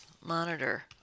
Monitor